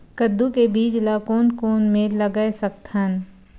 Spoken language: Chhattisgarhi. कददू के बीज ला कोन कोन मेर लगय सकथन?